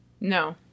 No